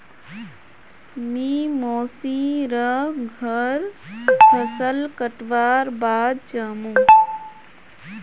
मी मोसी र घर फसल कटवार बाद जामु